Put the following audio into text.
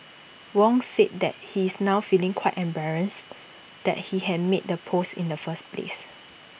Wong said that he is now feeling quite embarrassed that he had made the post in the first place